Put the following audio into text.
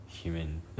human